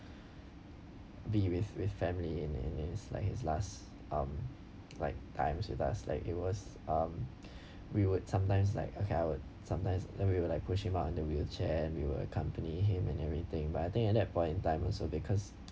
be with with family in in his like his last um like times with us like it was um we would sometimes like okay I would sometimes then we will like push him out in a wheelchair and we will accompany him and everything but I think at that point in time also because